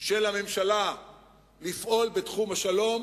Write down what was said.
של הממשלה לפעול בתחום השלום